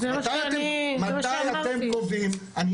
מתי אתם קובעים --- זה מה שאני אמרתי.